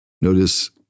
notice